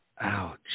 ouch